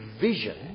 vision